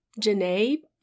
janae